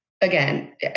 again